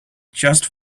just